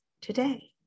today